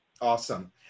Awesome